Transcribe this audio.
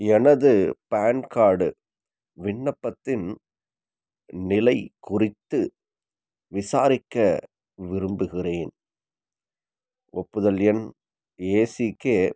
எனது PAN card விண்ணப்பத்தின் நிலைக் குறித்து விசாரிக்க விரும்புகிறேன் ஒப்புதல் எண் ஏசிகே